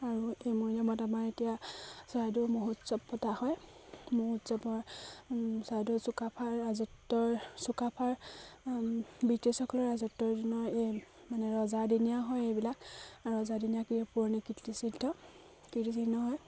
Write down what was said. আৰু এই মৈদামত আমাৰ এতিয়া চৰাইদেউ মহোৎসৱ পতা হয় মহোৎসৱৰ চৰাইদেউ চুকাফাৰ ৰাজত্বৰ চুকাফাৰ ব্ৰিটিছসকলৰ ৰাজত্বৰ দিনৰ এই ৰজা দিনীয়া হয় এইবিলাক ৰজাদিনীয়া কি পুৰণি কীৰ্তিচিদ্ধ কীৰ্তিচিহ্ন হয়